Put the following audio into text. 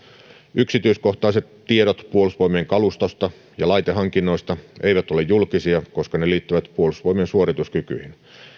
yksityiskohtaiset tiedot puolustusvoimien kalustosta ja laitehankinnoista eivät ole julkisia koska ne liittyvät puolustusvoimien suorituskykyihin